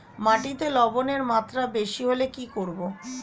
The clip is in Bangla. মাটিতে লবণের মাত্রা বেশি হলে কি করব?